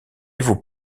vos